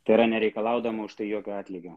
tėra nereikalaudama už tai jokio atlygio